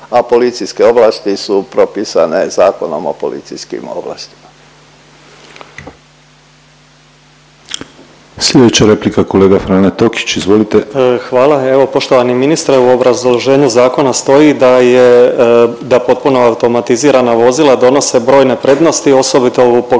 a policijske ovlasti su propisane Zakonom o policijskim ovlastima. **Penava, Ivan (DP)** Sljedeća replika kolega Frane Tokić, izvolite. **Tokić, Frane (DP)** Hvala. Poštovani ministre, u obrazloženje zakona stoji da je da potpuno automatizirana vozila donose brojne prednosti, osobito u pogledu